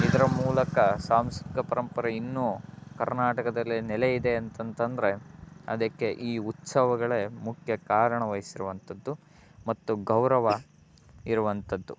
ಇದರ ಮೂಲಕ ಸಾಂಸ್ಕೃತಿಕ ಪರಂಪರೆ ಇನ್ನೂ ಕರ್ನಾಟಕದಲ್ಲಿ ನೆಲೆ ಇದೆ ಅಂತಂತಂದರೆ ಅದಕ್ಕೆ ಈ ಉತ್ಸವಗಳೇ ಮುಖ್ಯ ಕಾರಣ ವಹಿಸಿರುವಂಥದ್ದು ಮತ್ತು ಗೌರವ ಇರುವಂಥದ್ದು